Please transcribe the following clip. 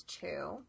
two